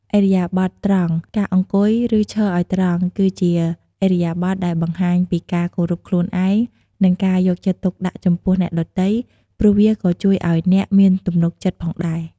ឥរិយាបថត្រង់ ការអង្គុយ ឬឈរឲ្យត្រង់ គឺជាឥរិយាបថដែលបង្ហាញពីការគោរពខ្លួនឯង និងការយកចិត្តទុកដាក់ចំពោះអ្នកដទៃ ព្រោះវាក៏ជួយឲ្យអ្នកមានទំនុកចិត្តផងដែរ។